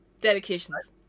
Dedications